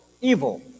evil